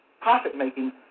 profit-making